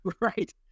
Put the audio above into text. right